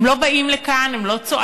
הם לא באים לכאן, הם לא צועקים,